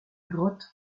grotte